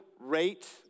rate